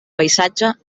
paisatge